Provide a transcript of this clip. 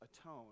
atone